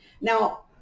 Now